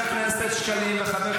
--- מספיק, מספיק.